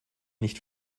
nicht